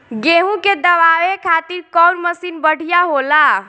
गेहूँ के दवावे खातिर कउन मशीन बढ़िया होला?